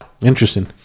Interesting